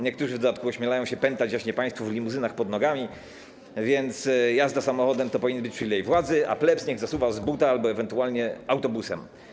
Niektórzy w dodatku ośmielają się pętać jaśnie państwu w limuzynach pod nogami, więc jazda samochodem to powinien być przywilej władzy, a plebs niech zasuwa z buta albo ewentualnie autobusem.